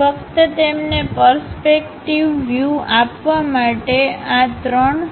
ફક્ત તેમને પર્સ્પેક્ટિવ વ્યુઆપવા માટે આ 3